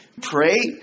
pray